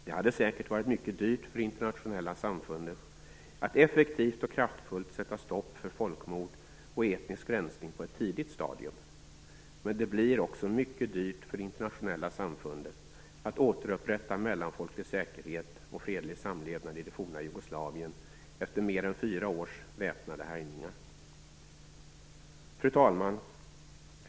Det hade säkert varit mycket dyrt för det internationella samfundet att effektivt och kraftfullt sätta stopp för folkmord och etnisk rensning på ett tidigt stadium, men det blir också mycket dyrt för det internationella samfundet att återupprätta mellanfolklig säkerhet och fredlig samlevnad i det forna Jugoslavien efter mer än fyra års väpnade härjningar. Fru talman!